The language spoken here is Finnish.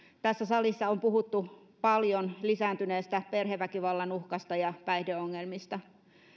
tässä salissa on puhuttu paljon lisääntyneestä perheväkivallan uhkasta ja päihdeongelmista